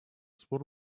спор